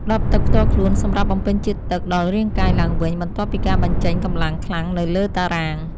ដបទឹកផ្ទាល់ខ្លួនសម្រាប់បំពេញជាតិទឹកដល់រាងកាយឡើងវិញ បន្ទាប់ពីការបញ្ចេញកម្លាំងខ្លាំងនៅលើតារាង។